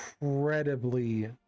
incredibly